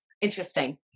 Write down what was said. Interesting